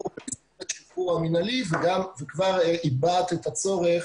במסגרת השחרור המנהלי וכבר הבעת את הצורך